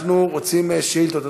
אנחנו רוצים, שאילתות.